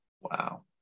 wow